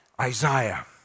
Isaiah